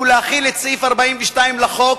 ולהחיל את סעיף 42 לחוק,